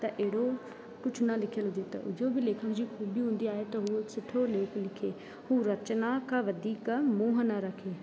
त अहिड़ो कुझ न लिखियलु हुजे त जो बि लेखक जी ख़ूबी हूंदी आहे त हिकु सुठो लेख लिखे उहो रचना खां वधीक मोह न रखे